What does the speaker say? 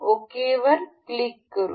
okay वर click करा